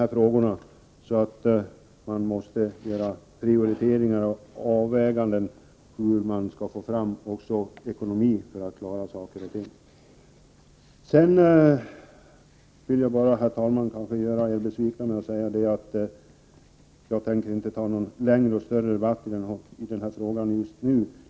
Vi måste med andra ord göra prioriteringar och avväganden mellan olika projekt. Sedan vill jag bara säga att jag kanske gör er besvikna, eftersom jag inte tänker ta någon stor debatt i denna fråga just nu.